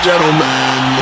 Gentlemen